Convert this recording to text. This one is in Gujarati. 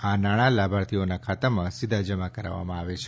આ નાણા લાભાર્થીઓના ખાતામાં સીધા જમા કરાવવામાં આવે છે